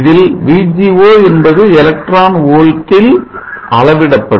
இதில் VGO என்பது electron volt ல் அளவிடப்படும்